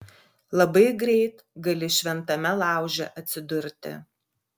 labai greit gali šventame lauže atsidurti